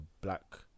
black